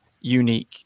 unique